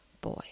boy